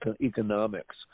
economics